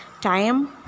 time